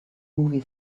movie